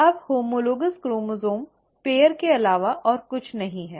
अब homologous chromosome जोड़ी के अलावा और कुछ नहीं है